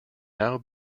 now